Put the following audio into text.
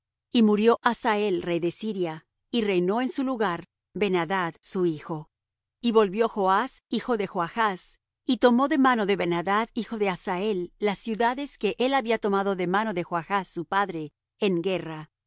y murió hazael rey de siria y reinó en su lugar ben adad su hijo y volvió joas hijo de joachz y tomó de mano de ben adad hijo de hazael las ciudades que él había tomado de mano de joachz su padre en guerra